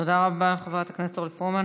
תודה רבה, חברת הכנסת אורלי פרומן.